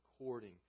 according